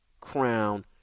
crown